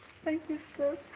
thank you sir.